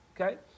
okay